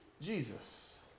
Jesus